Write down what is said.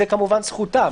זאת זכותם,